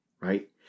right